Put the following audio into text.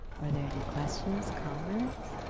are there any questions, comments?